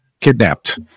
kidnapped